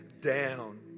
down